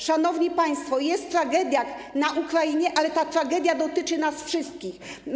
Szanowni państwo, jest tragedia na Ukrainie, ale ta tragedia dotyczy nas wszystkich.